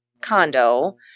condo